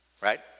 Right